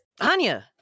Anya